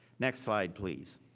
next slide, please.